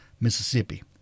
Mississippi